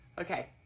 Okay